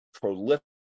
prolific